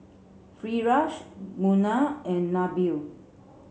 Firash Munah and Nabil